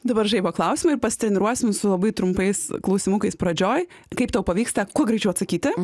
dabar žaibo klausimai ir pasitreniruosim su labai trumpais klausimais pradžioj kaip tau pavyksta kuo greičiau atsakyti